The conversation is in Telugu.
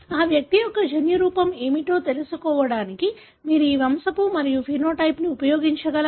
ఆ వ్యక్తి యొక్క జన్యురూపం ఏమిటో తెలుసుకోవడానికి మీరు ఈ వంశపు మరియు ఫెనోటైప్ ను ఉపయోగించగలరా